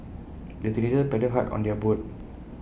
the teenagers paddled hard on their boat